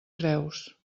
creus